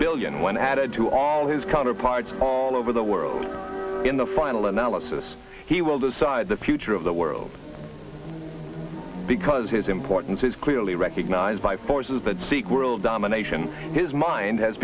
billion when added to all his counterparts all over the world in the final analysis he will decide the future of the world because his importance is clearly recognized by forces that seek world domination his mind has